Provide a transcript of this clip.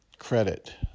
Credit